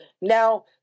now